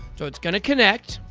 so it's going to connect.